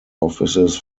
offices